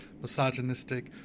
misogynistic